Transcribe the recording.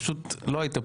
פשוט לא היית פה,